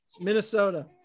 minnesota